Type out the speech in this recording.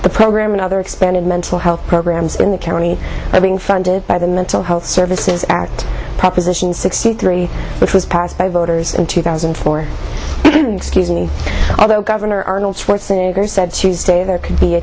the program another expanded mental health programs in the county are being funded by the mental health services act proposition sixty three which was passed by voters in two thousand and four excusing although governor arnold schwarzenegger said tuesday there could be a